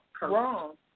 Wrong